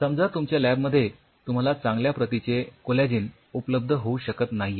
समजा तुमच्या लॅबमध्ये तुम्हाला चांगल्या प्रतीचे कोलॅजिन उपलब्ध होऊ शकत नाहीये